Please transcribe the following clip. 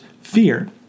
fear